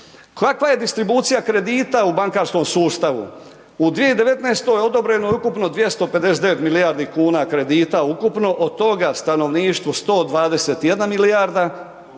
Kakva je distribucija kredita u bankarskom sustavu? U 2019. ukupno je odobreno 259 milijardi kuna kredita ukupno, od toga stanovništvu 121 milijarda,